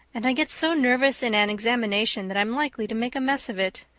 and i get so nervous in an examination that i'm likely to make a mess of it.